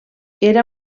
era